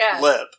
lip